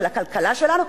של הכלכלה שלנו,